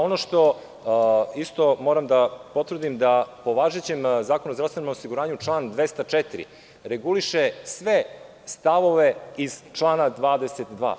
Ono što isto moram da potvrdim, jeste da, po važećem Zakonu o zdravstvenom osiguranju, član 204. reguliše sve stavove iz člana 22.